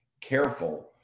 careful